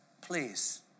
Please